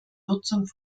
nutzung